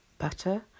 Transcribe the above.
Butter